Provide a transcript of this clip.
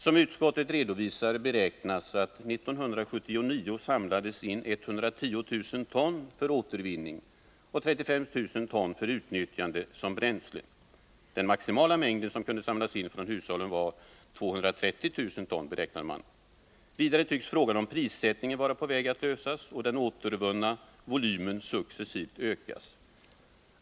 Som utskottet redovisar beräknas att 1979 samlades in 110000 ton för återvinning och 35 000 ton för utnyttjande som bränsle. Den maximala mängden som kunde samlas in från hushållen var 230 000 ton. Vidare tycks frågan om prissättningen vara på väg att lösas och den återvunna volymen successivt ökas.